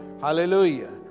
Hallelujah